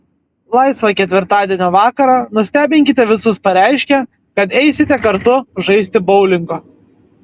laisvą ketvirtadienio vakarą nustebinkite visus pareiškę kad eisite kartu žaisti boulingo